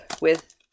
with-